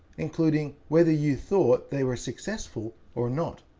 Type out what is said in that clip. including whether you thought they were successful or not.